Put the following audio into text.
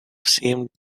seemed